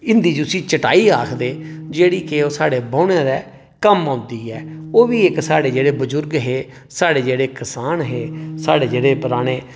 हिंदी च उसी चटाई आखदे जेह्ड़ी ओह् साढ़े बौह्ने दे कम्म औंदी ऐ ओह्बी साढ़े जेह्के बजुर्ग हे साढ़े जेह्के करसान हे साढ़े जेह्ड़े पराने